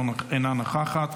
אינה נוכחת,